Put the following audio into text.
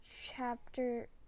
chapter